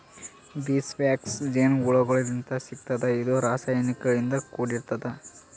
bees wax ಜೇನಹುಳಗೋಳಿಂತ್ ಸಿಗ್ತದ್ ಇದು ರಾಸಾಯನಿಕ್ ಗಳಿಂದ್ ಕೂಡಿರ್ತದ